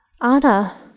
Anna